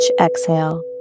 exhale